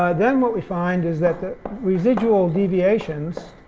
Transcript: then what we find is that the residual deviations,